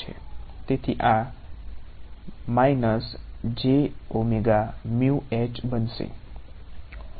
તેથી આ બનશે